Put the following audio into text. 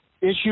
issue